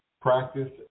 practice